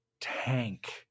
tank